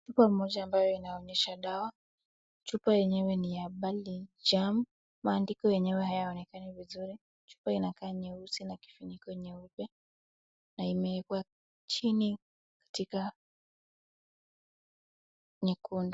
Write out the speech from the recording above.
Chupa moja ambayo inaonyesha dawa, chupa yenyewe ni ya balijaam maandiko yenyewe hayaonekani vizuri, chupa inakaa nyeusi na kifuniko nyeupe na imeekwa chini katika nyekundu.